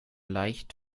leicht